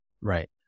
Right